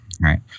right